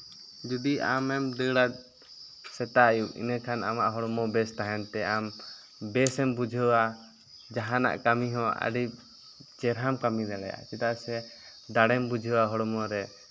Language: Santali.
ᱡᱩᱫᱤ ᱟᱢᱮᱢ ᱫᱟᱹᱲᱟ ᱥᱮᱛᱟᱜ ᱟᱹᱭᱩᱵᱽ ᱤᱱᱟᱹ ᱠᱷᱟᱱ ᱟᱢᱟᱜ ᱦᱚᱲᱢᱚ ᱵᱮᱥ ᱛᱟᱦᱮᱱ ᱛᱮ ᱟᱢ ᱵᱮᱥᱮᱢ ᱵᱩᱡᱷᱟᱹᱣᱟ ᱡᱟᱦᱟᱱᱟᱜ ᱠᱟᱹᱢᱤ ᱦᱚᱸ ᱟᱹᱰᱤ ᱪᱮᱨᱦᱟᱢ ᱠᱟᱹᱢᱤ ᱫᱟᱲᱮᱭᱟᱜᱼᱟ ᱪᱮᱫᱟᱜ ᱥᱮ ᱫᱟᱲᱮᱢ ᱵᱩᱡᱷᱟᱹᱣᱟ ᱦᱚᱲᱢᱚ ᱨᱮ